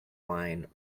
wine